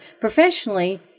professionally